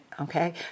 Okay